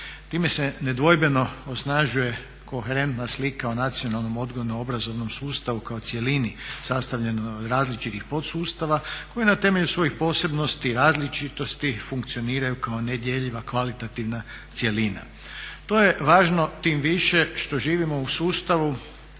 Time se nedvojbeno osnažuje koherentna slika o nacionalnom odgojno-obrazovnom sustavu kao cjelini sastavljanoj od različitih podsustava koji na temelju svojih posebnosti, različitosti funkcioniraju kao nedjeljiva kvalitativna cjelina. To je važno tim više što živimo u sustavu